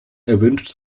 erwünscht